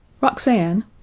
Roxanne